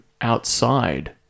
outside